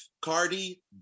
Cardi